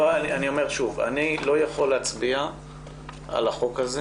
אני לא יכול להצביע על החוק הזה